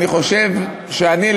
אני חושב שאני,